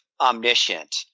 omniscient